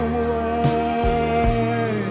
away